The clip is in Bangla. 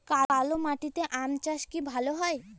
কালো মাটিতে আম চাষ কি ভালো হয়?